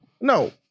no